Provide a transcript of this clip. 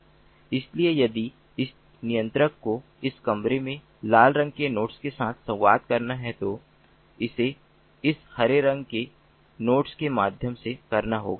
इसलिए यदि इस नियंत्रक को इस विशेष कमरे में लाल रंग के नोड के साथ संवाद करना है तो इसे इस हरे रंग के नोड के माध्यम से करना होगा